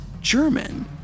German